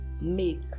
make